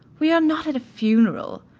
we are not at a funeral.